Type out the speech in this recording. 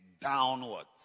downwards